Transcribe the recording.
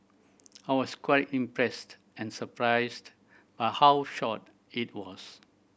I was quite impressed and surprised by how short it was